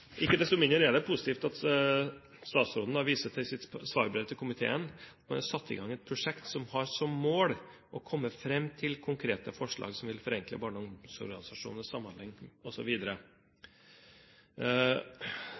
Ikke desto mindre er det positivt at statsråden da viser til sitt svarbrev til komiteen og har satt i gang et prosjekt som har som mål å komme fram til konkrete forslag som vil forenkle barne- og ungdomsorganisasjonenes samhandling